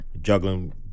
juggling